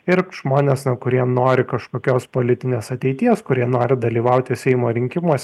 ir žmonės kurie nori kažkokios politinės ateities kurie nori dalyvauti seimo rinkimuose